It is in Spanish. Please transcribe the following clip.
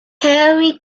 harry